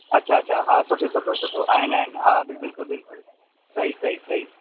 अच्छा अच्छा हा सुठो सुठो सुठो आहिनि आहिनि हा बिल्कुलु बिल्कुलु सही सही सही